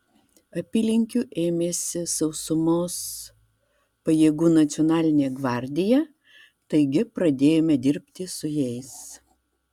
apylinkių ėmėsi sausumos pajėgų nacionalinė gvardija taigi pradėjome dirbti su jais